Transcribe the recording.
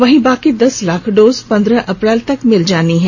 वहीं शेष दस लाख डोज पंद्रह अप्रैल तक मिल जाएंगे